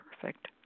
perfect